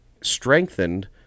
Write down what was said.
strengthened